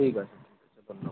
ঠিক আছে ঠিক আছে ধন্যবাদ